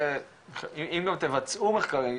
אם המרכז גם יבצע מחקרים,